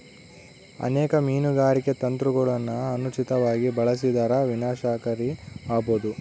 ಅನೇಕ ಮೀನುಗಾರಿಕೆ ತಂತ್ರಗುಳನ ಅನುಚಿತವಾಗಿ ಬಳಸಿದರ ವಿನಾಶಕಾರಿ ಆಬೋದು